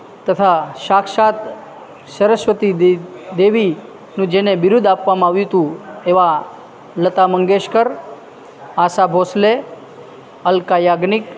તથા સાક્ષાત સરસ્વતી દેવીનું જેને બિરુદ આપવામાં આવ્યું હતું એવા લતા મંગેશકર આસા ભોંસલે અલકા યાજ્ઞિક